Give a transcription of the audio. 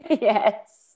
Yes